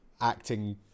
acting